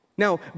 Now